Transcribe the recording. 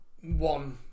one